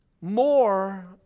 more